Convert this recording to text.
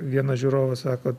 vienas žiūrovas sako